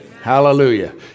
Hallelujah